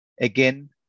again